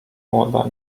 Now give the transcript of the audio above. młoda